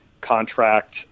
contract